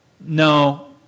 no